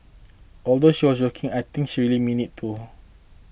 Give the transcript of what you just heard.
although she was joking I think she really meant it too